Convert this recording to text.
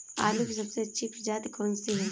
आलू की सबसे अच्छी प्रजाति कौन सी है?